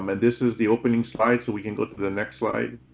um this is the opening slide, so we can go to the next slide.